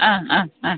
ആ ആ ആ